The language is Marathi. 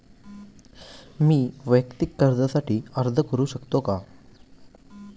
मी वैयक्तिक कर्जासाठी अर्ज करू शकतो का?